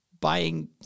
buying